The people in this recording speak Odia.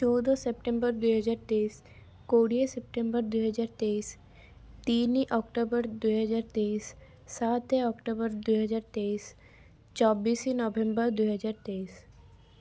ଚଉଦ ସେପ୍ଟେମ୍ବର ଦୁଇହଜାର ତେଇଶ କୋଡ଼ିଏ ସେପ୍ଟେମ୍ବର ଦୁଇହଜାର ତେଇଶ ତିନି ଅକ୍ଟୋବର ଦୁଇହଜାର ତେଇଶ ସାତ ଅକ୍ଟୋବର ଦୁଇହଜାର ତେଇଶ ଚବିଶ ନଭେମ୍ବର ଦୁଇହଜାର ତେଇଶ